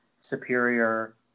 superior